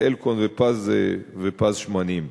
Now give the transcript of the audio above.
"אלקון" ו"פז שמנים".